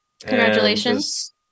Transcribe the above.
Congratulations